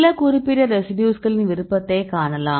சில குறிப்பிட்ட ரெசிடியூஸ்களின் விருப்பத்தை காணலாம்